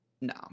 No